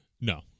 No